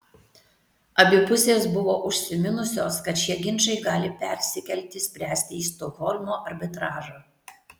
abi pusės buvo užsiminusios kad šie ginčai gali persikelti spręsti į stokholmo arbitražą